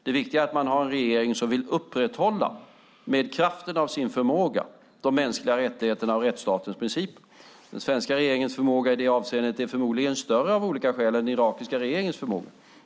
Det viktiga är att man har en regering som vill upprätthålla - med kraften av sin förmåga - de mänskliga rättigheterna och rättsstatens principer. Den svenska regeringens förmåga i det avseendet är förmodligen av olika skäl större än den irakiska regeringens förmåga.